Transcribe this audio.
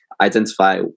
identify